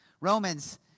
Romans